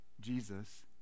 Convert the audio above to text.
Jesus